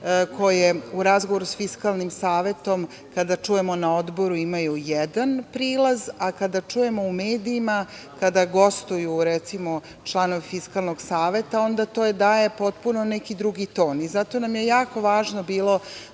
koje u razgovoru sa Fiskalnim savetom kada čujemo na Odboru imaju jedan prilaz, a kada čujemo u medijima, kada gostuju recimo članovi Fiskalnog saveta, onda to daje potpuno drugi ton. Zato nam je jako važno bilo